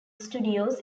studios